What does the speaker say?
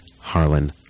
Harlan